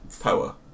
power